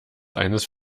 eines